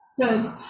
Good